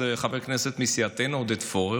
חבר כנסת מסיעתנו עודד פורר,